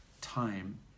time